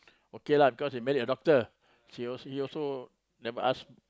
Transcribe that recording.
okay lah because they married a doctor she also he also never ask